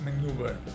maneuver